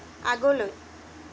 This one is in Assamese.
আগলৈ